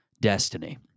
destiny